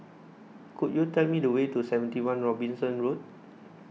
could you tell me the way to seventy one Robinson Road